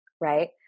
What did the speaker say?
Right